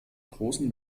großen